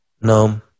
no